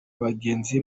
bagenzi